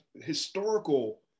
historical